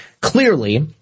Clearly